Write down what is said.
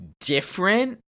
different